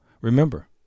remember